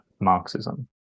Marxism